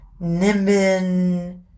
Nimbin